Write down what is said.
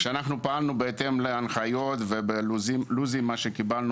פעלנו בהמשך להנחיות ולו"זים שקיבלנו